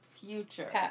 future